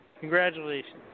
Congratulations